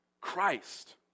Christ